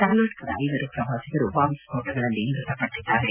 ಕರ್ನಾಟಕದ ಐವರು ಪ್ರವಾಸಿಗರು ಬಾಂಬ್ ಸ್ಪೋಣಗಳಲ್ಲಿ ಮೃತಪಟ್ಟಿದ್ದಾರೆ